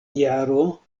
jaro